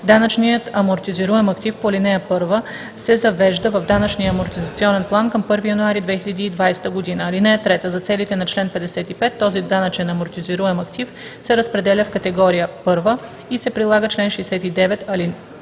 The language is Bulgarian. Данъчният амортизируем актив по ал. 1 се завежда в данъчния амортизационен план към 1 януари 2020 г. (3) За целите на чл. 55 този данъчен амортизируем актив се разпределя в категория I и се прилага чл. 69а, ал.